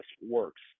works